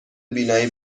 بینایی